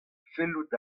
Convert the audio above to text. fellout